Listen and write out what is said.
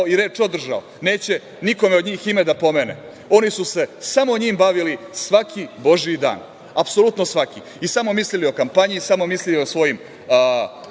i reč održao, neće nikome od njih ime da pomene, oni su se samo njim bavili svaki božiji dan, apsolutno svaki i samo mislili o kampanji i samo mislili o svojim